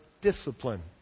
discipline